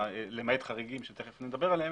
למעט חריגים שתכף נדבר עליהם,